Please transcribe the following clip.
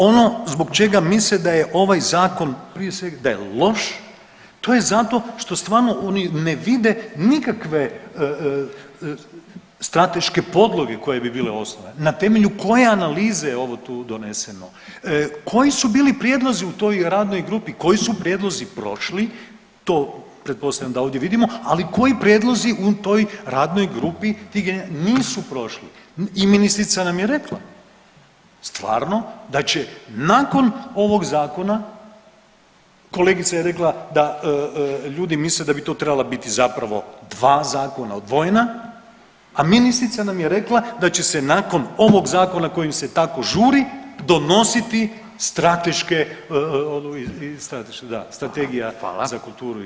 Ono zbog čega misle da je ovaj zakon prije svega da je loš to je zato što stvarno oni ne vide nikakve strateške podloge koje bi bile osnovane, na temelju koje analize je ovo tu doneseno, koji su bili prijedlozi u toj radnoj grupi, koji su prijedlozi prošli, to pretpostavljam da ovdje vidimo, ali koji prijedlozi u toj radnoj grupi nisu prošli i ministrica nam je rekla stvarno da će nakon ovog zakona, kolegica je rekla da ljudi misle da bi to trebala biti zapravo dva zakona odvojena, a ministrica nam je rekla da će se nakon ovog zakona kojim se tako žuri donositi strateške, da strategija za kulturu i za